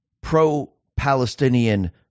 pro-Palestinian